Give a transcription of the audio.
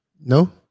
No